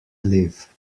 live